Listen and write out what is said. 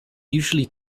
usually